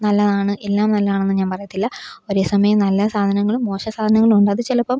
നല്ലതാണ് എല്ലാം നല്ലാണെന്ന് ഞാൻ പറയത്തില്ല ഒരേ സമയം നല്ല സാധനങ്ങളും മോശം സാധനങ്ങളുമുണ്ട് അത് ചിലപ്പം